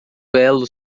belo